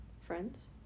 friends